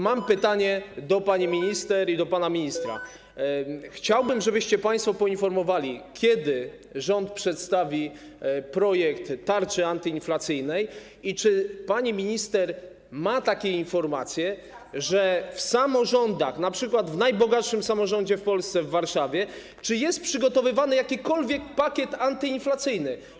Mam pytanie do pani minister i do pana ministra: Chciałbym, żebyście państwo poinformowali, kiedy rząd przedstawi projekt tarczy antyinflacyjnej i czy pani minister ma takie informacje, że w samorządach, np. w najbogatszym samorządzie w Polsce w Warszawie, jest przygotowywany jakikolwiek pakiet antyinflacyjny.